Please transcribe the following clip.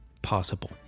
possible